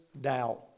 doubt